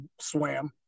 swam